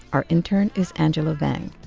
our intern is angela vang.